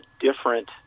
different